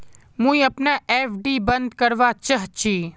मुई अपना एफ.डी बंद करवा चहची